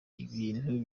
ibintu